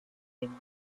name